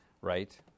right